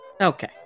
Okay